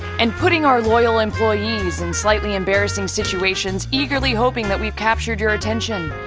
and putting our loyal employees in slightly embarrassing situations, eagerly hoping that we've captured your attention.